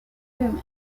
women